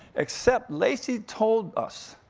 except lacy told us,